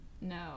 No